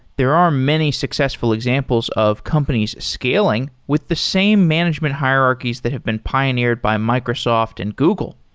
there are many successful examples of companies scaling with the same management hierarchies that have been pioneered by microsoft and google.